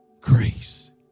Grace